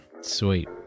sweet